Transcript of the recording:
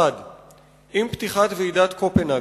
1. עם פתיחת ועידת קופנהגן,